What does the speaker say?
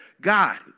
God